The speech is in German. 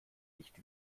nicht